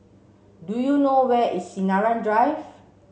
do you know where is Sinaran Drive